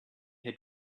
had